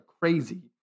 crazy